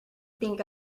think